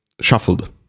shuffled